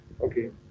Okay